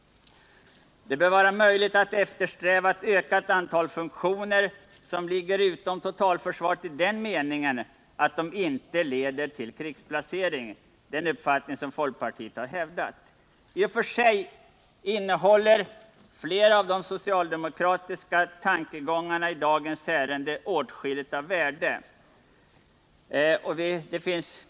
Det bör vara möjligt att eftersträva ett antal funktioner som ligger ”utom totalförsvaret” i den meningen att de inte leder till krigsplacering. Denna uppfattning har folkpartiet länge hävdat. I och för sig innehåller flera av de socialdemokratiska tankegångarna i dagens ärende åtskilligt av värde.